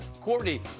Courtney